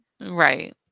Right